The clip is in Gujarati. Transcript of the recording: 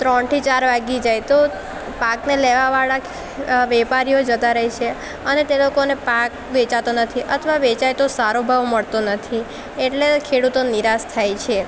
ત્રણથી ચાર વાગી જાય તો પાકને લેવાવાળા વેપારીઓ જતાં રહે છે અને તે લોકોને પાક વેચાતો નથી અથવા વેચાય તો સારો ભાવ મળતો નથી એટલે ખેડૂતો નિરાશ થાય છે